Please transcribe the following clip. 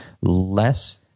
less